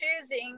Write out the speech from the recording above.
choosing